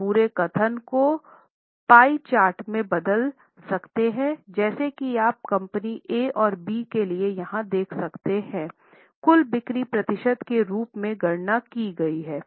हम पूरे कथन को पाई चार्ट में बदल सकते हैं जैसा कि आप कंपनी ए और बी के लिए यहां देख सकते हैं कुल बिक्री प्रतिशत के रूप में गणना की है